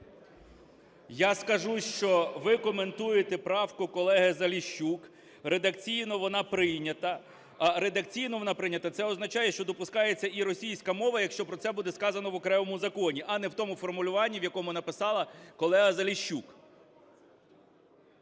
Я скажу, що ви коментуєте правку колеги Заліщук. Редакційно вона прийнята. А редакційно вона прийнята – це означає, що допускається і російська мова, якщо про це буде сказано в окремому законі, а не в тому формулюванні, в якому написала колега Заліщук.